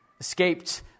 escaped